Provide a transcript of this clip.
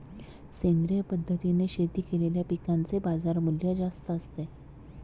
सेंद्रिय पद्धतीने शेती केलेल्या पिकांचे बाजारमूल्य जास्त असते